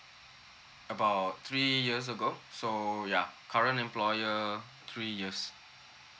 about three years ago so yeah current employer three years